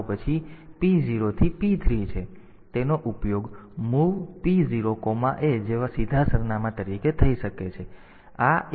તેથી તેનો ઉપયોગ MOV P0A જેવા સીધા સરનામા તરીકે થઈ શકે છે